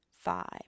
five